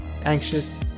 anxious